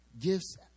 gifts